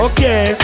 Okay